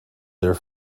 there